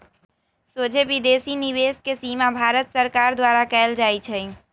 सोझे विदेशी निवेश के सीमा भारत सरकार द्वारा कएल जाइ छइ